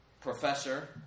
professor